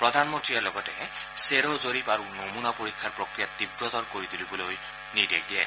প্ৰধানমন্ত্ৰীয়ে লগতে চেৰ জৰীপ আৰু নমুনা পৰীক্ষাৰ প্ৰক্ৰিয়া তীৱতৰ কৰি তূলিবলৈ নিৰ্দেশ দিয়ে